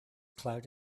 cloud